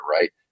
right